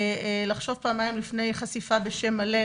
לחשוב פעמיים לפני חשיפה בשם מלא,